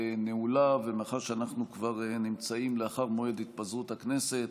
מאחר שאנחנו כבר נמצאים לאחר מועד התפזרות הכנסת,